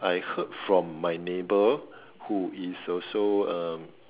I heard from my neighbor who is also um